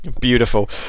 Beautiful